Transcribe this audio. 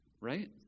Right